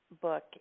book